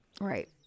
Right